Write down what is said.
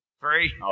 Three